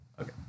Okay